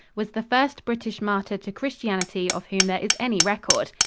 was the first british martyr to christianity of whom there is any record.